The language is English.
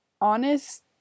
honest